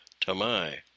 Tamai